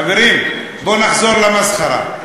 חברים, בואו נחזור למסחרה.